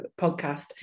podcast